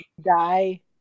die